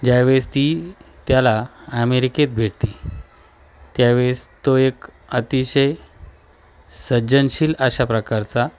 ज्यावेळेस ती त्याला अमेरिकेत भेटते त्यावेळेस तो एक अतिशय सज्जनशील अशा प्रकारचा